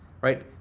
right